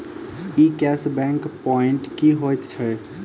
ई cash back point की होइत छैक?